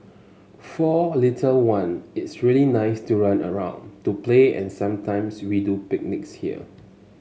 for little one it's really nice to run around to play and sometimes we do picnics here